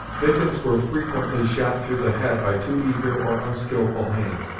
victims were frequently shot through the head by too eager or unskilful hands,